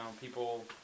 people